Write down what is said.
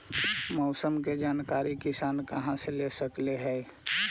मौसम के जानकारी किसान कहा से ले सकै है?